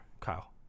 Kyle